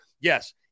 yes